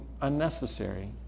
unnecessary